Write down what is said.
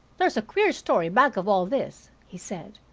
there's a queer story back of all this, he said.